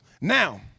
Now